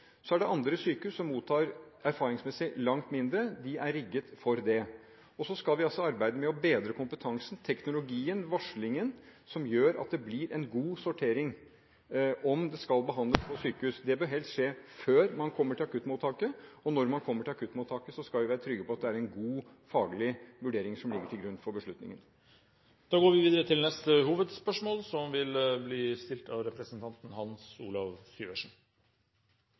Så er det andre sykehus som erfaringsmessig mottar langt færre – de er rigget for det. Så skal vi arbeide med å bedre kompetansen, teknologien og varslingen som gjør at det blir en god sortering, om det skal være behandling på sykehus. Det bør helst skje før man kommer til akuttmottaket. Når man kommer til akuttmottaket, skal man være trygg på at det er en god faglig vurdering som ligger til grunn for beslutningen. Da går vi videre til neste hovedspørsmål.